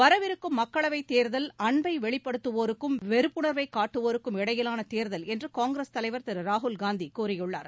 வரவிருக்கும் மக்களவைத் தேர்தல் அன்பை வெளிப்படுத்துவோருக்கும் வெறுப்புணர்வைக் காட்டுவோருக்கும் இடையிலாள தேர்தல் என்று காங்கிரஸ் தலைவர் திரு ராகுல்காந்தி கூறியுள்ளார்